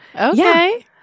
Okay